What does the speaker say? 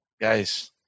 Guys